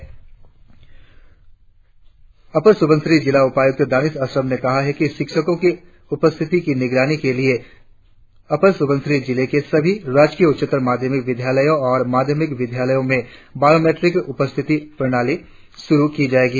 ऊपरी सुबनसिरी जिला उपायुक्त दानिश अशरफ ने कहा कि शिक्षको की उपस्थिति की निगरानी के लिए ऊपरी सुबनसिरी जिले के सभी राजकीय उच्चतर माध्यमिक विद्यालयों और माध्यमिक विद्यालयों में बाँयोमीट्रिक उपस्थिति प्रणाली शुरु की जाएगी